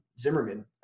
Zimmerman